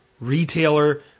retailer